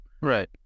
right